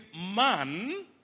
man